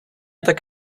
tak